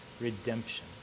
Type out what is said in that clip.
redemption